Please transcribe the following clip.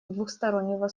двустороннего